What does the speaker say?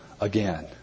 again